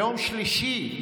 ביום שלישי,